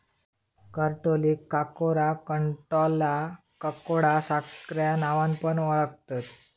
करटोलीक काकोरा, कंटॉला, ककोडा सार्ख्या नावान पण ओळाखतत